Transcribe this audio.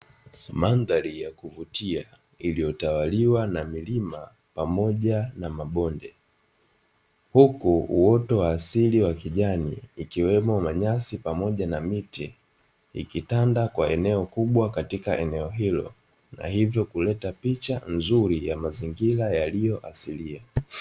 Mandhari ya kuvutia iliyotawaliwa na milima pamoja na mabonde, huku uoto wa asili wa kijani ikiwemo manyasi pamoja na miti; ikitanda kwa eneo kubwa katika eneo hilo na hivyo kuleta picha nzuri ya mazingira yaliyo asilia.